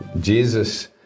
Jesus